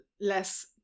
less